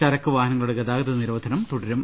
ചരക്കു വാഹനങ്ങ ളുടെ ഗതാഗത നിരോധനം തുടരും